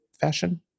fashion